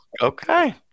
okay